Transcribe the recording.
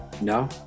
No